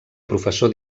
professor